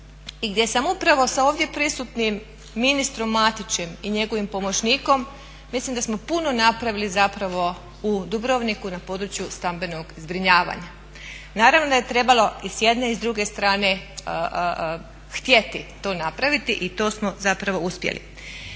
i gdje sam upravo sa ovdje prisutnim ministrom Matićem i njegovim pomoćnikom, mislim da smo puno napravili zapravo u Dubrovniku na području stambenog zbrinjavanja. Naravno da je trebalo i s jedne i s druge strane htjeti to napraviti i to smo zapravo uspjeli.